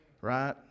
right